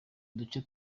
duce